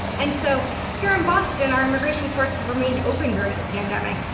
and so here in boston, our immigration courts have remained open during the pandemic.